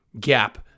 gap